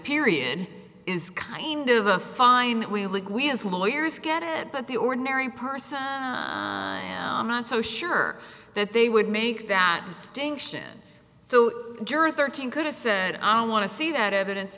period is kind of a fine we as lawyers get it but the ordinary person not so sure that they would make that distinction so the juror thirteen could have said i don't want to see that evidence